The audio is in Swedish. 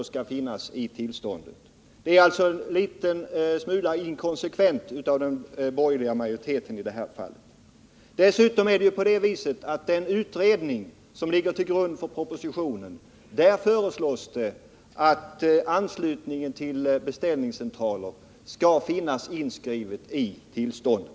Detta är alltså en smula inkonsekvent av den borgerliga majoriteten. Dessutom är det på det viset att det i den utredning som ligger till grund för propositionen föreslås att kravet på anslutning till beställningscentraler skall finnas inskrivet i tillståndet.